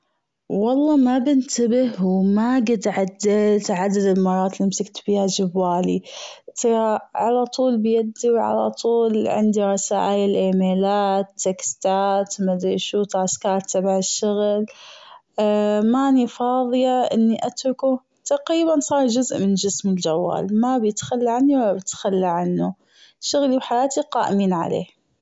والله ما بنتبه وما جد عديت عدد المرات اللي مسكت بيها جوالي ترى على طول بيدي وعلى طول عندي رسايل أيميلات تكستات مادري شو تاسكات تبع الشغل ماني فاظية أني أتركه تقريبا صار جزء من جسمي الجوال مابيتخلى عني وما بتخلى عنه شغلي وحياتي قائمين عليه.